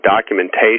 documentation